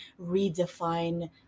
redefine